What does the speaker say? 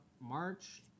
March